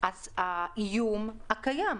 האיום הקיים,